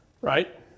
right